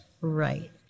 Right